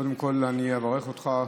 קודם כול אני אברך אותך.